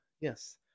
yes